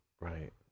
Right